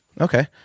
Okay